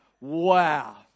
wow